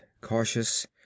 cautious